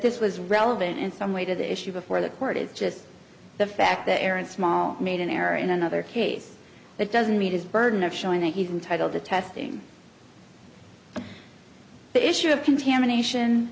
this was relevant in some way to the issue before the court is just the fact the aaron small made an error in another case that doesn't meet his burden of showing that he's entitled to testing on the issue of contamination